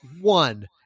one